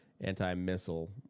anti-missile